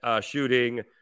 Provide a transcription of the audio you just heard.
shooting